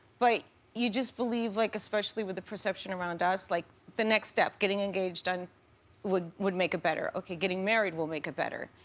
but you just believe, like especially with the perception around us. like the next step, getting engaged, and would would make it better. okay, getting married will make it better.